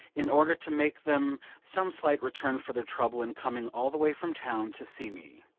in order to make them some slight return for their trouble in coming all the way from town to see me.